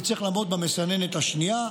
הוא יצטרך לעמוד במסננת השנייה,